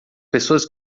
pessoas